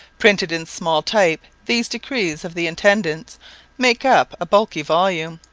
printed in small type these decrees of the intendant's make up a bulky volume,